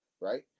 right